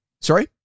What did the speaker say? Sorry